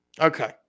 Okay